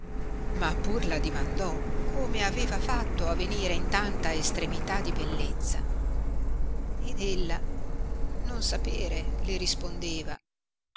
ma pur la dimandò come aveva fatto a venire in tanta estremità di bellezza ed ella non sapere le rispondeva